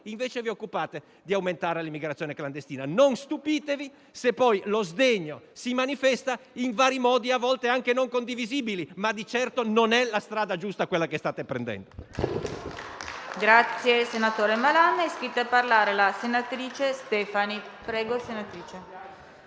invece, di aumentare l'immigrazione clandestina. Non stupitevi se poi lo sdegno si manifesta in vari modi, a volte anche non condivisibili, ma di certo non è la strada giusta quella che state prendendo.